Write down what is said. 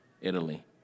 Italy